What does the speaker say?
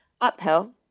uphill